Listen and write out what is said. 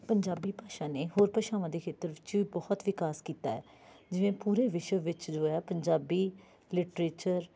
ਪੰਜਾਬੀ ਭਾਸ਼ਾ ਨੇ ਹੋਰ ਭਾਸ਼ਾਵਾਂ ਦੇ ਖੇਤਰ ਵਿੱਚ ਬਹੁਤ ਵਿਕਾਸ ਕੀਤਾ ਹੈ ਜਿਵੇਂ ਪੂਰੇ ਵਿਸ਼ਵ ਵਿੱਚ ਜੋ ਹੈ ਪੰਜਾਬੀ ਲਿਟਰੇਚਰ